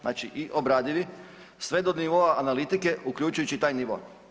Znači i obradivi sve do nivoa analitike uključujući i taj nivo.